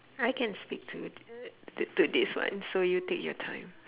I can speak to t~ to this one so you take your time